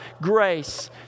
grace